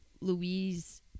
Louise